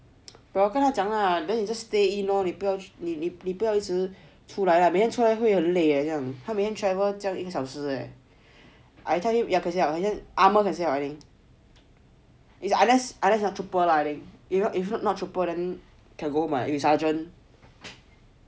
我有跟他讲啦 then you just stay in lor 你不要一直出来了他每天出来会很累 traveled 这样一个小时 leh I tell him ya armour can stay out unless unless you are trooper lah I think if not trooper can go home [what] you sergeant